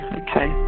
okay